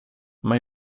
men